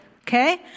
Okay